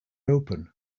open